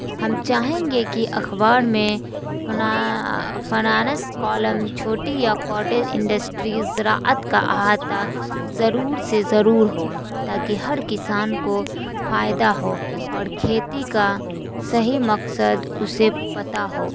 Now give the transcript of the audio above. ہم چاہیں گے کہ اخبار میں فنانس کالم چھوٹی یا قاٹیز انڈسٹریز زراعت کا احاطہ ضرور سے ضرور ہو تاکہ ہر کسان کو فائدہ ہو اور کھیتی کا صحیح مقصد اسے پتا ہو